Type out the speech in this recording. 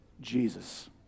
Jesus